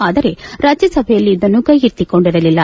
ಆದರೆ ರಾಜ್ಯಸಭೆಯಲ್ಲಿ ಇದನ್ನು ಕೈಗೆತ್ತಿಕೊಂಡಿರಲಿಲ್ಲ